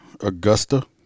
Augusta